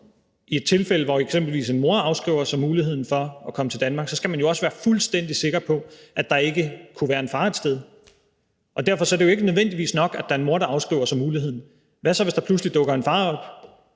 i et tilfælde, hvor eksempelvis en mor afskriver sig muligheden for at komme til Danmark, skal man jo også være fuldstændig sikker på, at der ikke kunne være en far et sted. Og derfor er det ikke nødvendigvis nok, at der er en mor, der afskriver sig muligheden. Hvad så, hvis der pludselig dukker en far op?